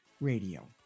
Radio